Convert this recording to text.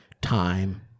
time